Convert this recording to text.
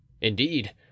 Indeed